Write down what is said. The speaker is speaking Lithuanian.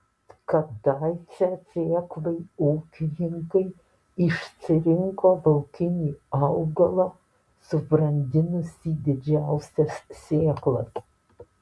kadaise sėklai ūkininkai išsirinko laukinį augalą subrandinusį didžiausias sėklas